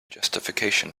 justification